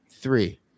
three